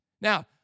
Now